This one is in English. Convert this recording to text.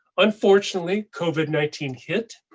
unfortunately, covid nineteen hit.